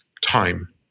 Time